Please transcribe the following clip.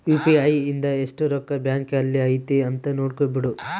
UPI ಇಂದ ಎಸ್ಟ್ ರೊಕ್ಕ ಬ್ಯಾಂಕ್ ಅಲ್ಲಿ ಐತಿ ಅಂತ ನೋಡ್ಬೊಡು